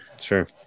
sure